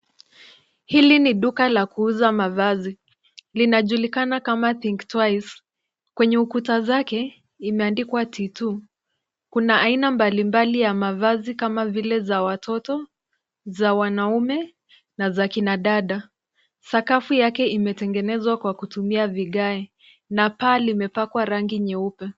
Hili ni duka la kuuza mavazi. Linajulikana kama Think Twice . Kwenye kuta zake imeandikwa T2. Kuna aina mbalimbali ya mavazi kama vile za watoto, za wanaume na za kinadada. Sakafu yake imetengenezwa kwa kutumia vigae na paa limepakwa rangi nyeupe.